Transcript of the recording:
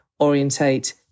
orientate